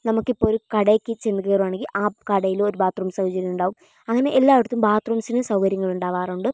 നമുക്കിപ്പോൽ ഒരു കടയ്ക്ക് ചെന്നു കയറുകയാണെങ്കിൽ ആ കടയിലും ഒരു ബാത്ത് റൂം സൗകര്യം ഉണ്ടാവും അങ്ങനെ എല്ലാ ഇടത്തും ബാത്ത് റൂമ്സിന് സൗകര്യങ്ങൾ ഉണ്ടാവാറുണ്ട്